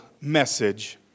message